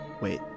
Wait